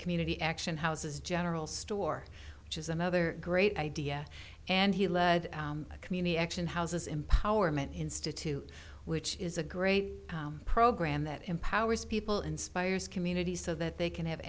community action houses general store which is another great idea and he led a community action houses empowerment institute which is a great program that empowers people inspires communities so that they can have